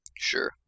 Sure